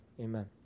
amen